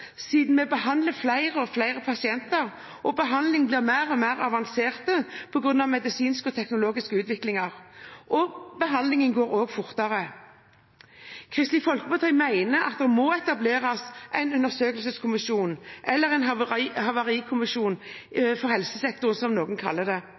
siden vi behandler flere og flere pasienter og behandlingene blir mer og mer avanserte på grunn av den medisinske og teknologiske utviklingen og også går fortere. Kristelig Folkeparti mener at det må etableres en undersøkelseskommisjon, eller en havarikommisjon, som noen kaller det, for helsesektoren. Vi mener det er